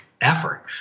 effort